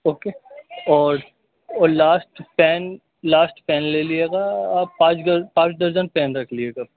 okay اور اور last pen last pen لے لیے گا آپ پانچ پانچ درجن پین رکھ لیجیے گا